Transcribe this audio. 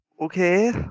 Okay